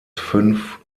fünf